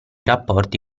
rapporti